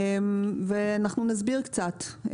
ואנחנו נסביר קצת.